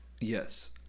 Yes